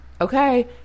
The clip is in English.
Okay